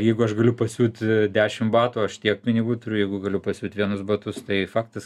jeigu aš galiu pasiūti dešim batų aš tiek pinigų turiu jeigu galiu pasiūt vienus batus tai faktas